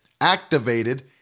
activated